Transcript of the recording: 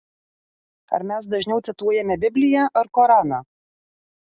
ar mes dažniau cituojame bibliją ar koraną